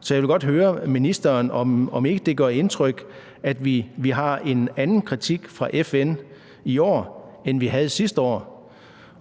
Så jeg vil godt høre ministeren, om ikke det gør indtryk, at vi har en anden kritik fra FN i år, end vi havde sidste år.